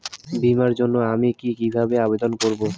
বিমার জন্য আমি কি কিভাবে আবেদন করব?